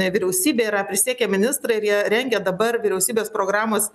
vyriausybė yra prisiekę ministrai ir jie rengia dabar vyriausybės programos